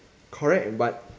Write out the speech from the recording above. correct but